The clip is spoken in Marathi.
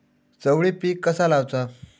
चवळी पीक कसा लावचा?